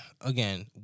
again